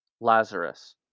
Lazarus